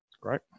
Great